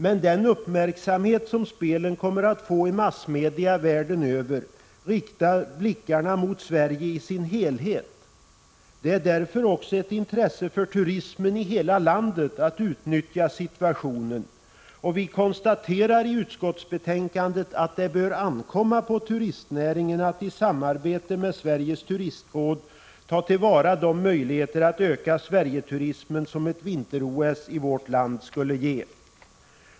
Men den uppmärksamhet som spelen kommer att få i massmedia världen över riktar blickarna mot Sverige i sin helhet. Det är därför också ett intresse för turismen i hela landet att utnyttja situationen. Vi konstaterar i utskottsbetänkandet att det bör ankomma på turistnäringen att i samband med Sveriges turistråd ta till vara de möjligheter att öka Sverigeturismen som ett vinter-OS i vårt land skulle ge.